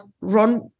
run